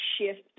shift